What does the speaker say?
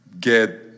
get